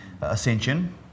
ascension